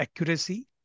accuracy